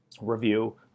review